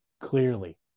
clearly